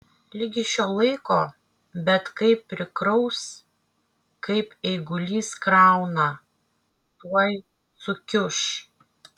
ligi šiol laiko bet kai prikraus kaip eigulys krauna tuoj sukiuš